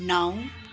नौ